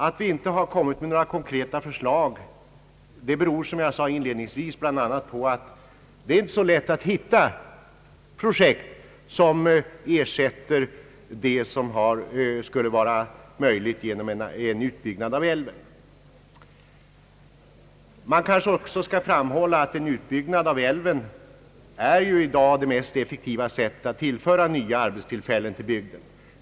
Att vi inte framförde några konkreta förslag beror som jag inledningsvis sade bland annat på att det inte är så lätt att hitta projekt som kan ersätta det som skulle varit möjligt genom en utbyggnad av älven. Man kanske också skall framhålla att en utbyggnad av älven i dag är det mest effektiva sättet att tillföra bygden nya arbetstillfällen.